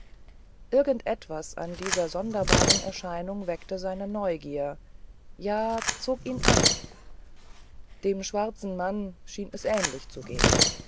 etwas an dieser sonderbaren erscheinung weckte seine neugier ja zog ihn an dem schwarzen mann schien es ähnlich zu gehen